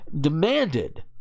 demanded